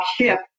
ship